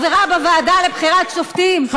כחברה בוועדה לבחירת שופטים,